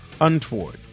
untoward